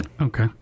Okay